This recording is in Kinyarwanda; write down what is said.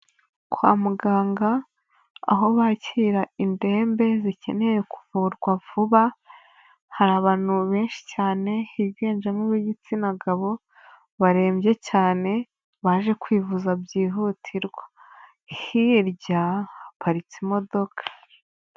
Kwa muganga, aho bakirira indembe zikeneye kuvurwa vuba, hari abantu benshi cyane higanjemo ab'igitsina gabo, barembye cyane, baje kwivuza byihutirwa. Hirya haparitse imodoka.